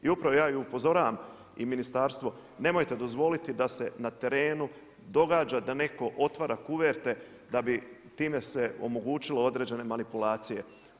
I upravo ja i upozoravam i ministarstvo, nemojte dozvoliti da se na terenu događa da netko otvara kuverte da bi time se omogućilo određene manipulacije.